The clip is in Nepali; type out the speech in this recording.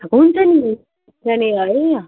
हुन्छ नि त्यहाँनिर होइन